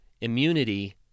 Immunity